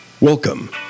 Welcome